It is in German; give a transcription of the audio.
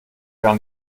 gar